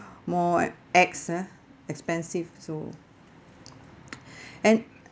more ex ah expensive so and